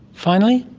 finally?